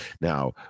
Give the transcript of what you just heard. Now